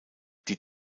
die